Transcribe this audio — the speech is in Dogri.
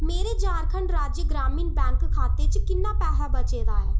मेरे झारखंड राज्य ग्रामीण बैंक खाते च किन्ना पैहा बचे दा ऐ